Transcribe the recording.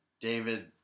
David